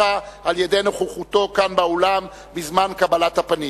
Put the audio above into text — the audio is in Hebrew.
על-ידי נוכחותו כאן באולם בזמן קבלת הפנים,